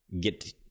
get